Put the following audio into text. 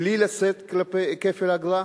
בלי לשאת בתשלום כפל אגרה,